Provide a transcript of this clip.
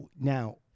Now